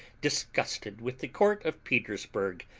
disgusted with the court of petersburgh.